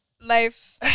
Life